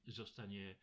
zostanie